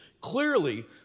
clearly